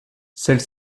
celle